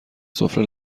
سفره